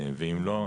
ואם לא,